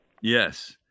Yes